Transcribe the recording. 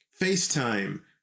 FaceTime